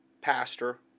pastor